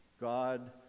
god